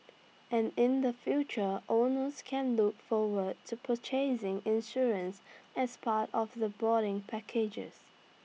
and in the future owners can look forward to purchasing insurance as part of the boarding packages